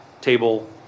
table